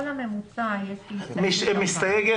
על הממוצע, כן.